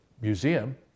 museum